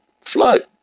flood